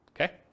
Okay